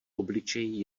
obličej